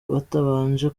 batabanje